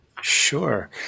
Sure